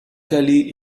calais